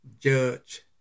Judge